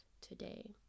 today